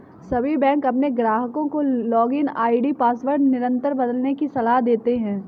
सभी बैंक अपने ग्राहकों को लॉगिन आई.डी पासवर्ड निरंतर बदलने की सलाह देते हैं